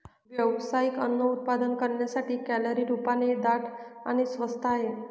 व्यावसायिक अन्न उत्पादन करण्यासाठी, कॅलरी रूपाने दाट आणि स्वस्त आहे